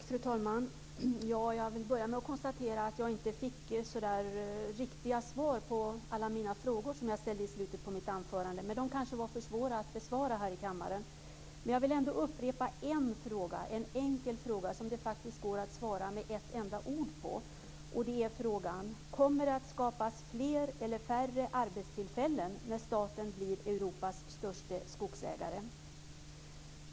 Fru talman! Jag fick inte riktiga svar på alla mina frågor som jag ställde i slutet av mitt anförande. Men de kanske var för svåra att besvara här i kammaren. Jag vill ändå upprepa en enkel fråga som det faktiskt går att svara med ett enda ord på: Kommer det att skapas fler eller färre arbetstillfällen när staten blir Europas största skogsägare?